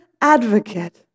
advocate